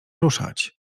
ruszać